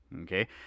Okay